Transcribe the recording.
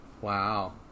Wow